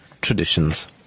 traditions